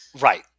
Right